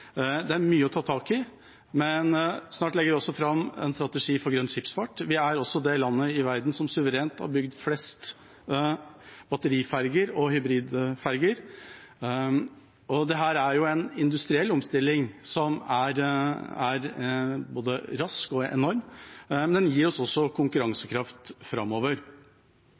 Det er mye å ta tak i. Snart legger vi også fram en strategi for grønn skipsfart. Vi er også det landet i verden som har bygd suverent flest batteriferger og hybridferger. Dette er en industriell omstilling som er både rask og enorm, men den gir oss også konkurransekraft framover.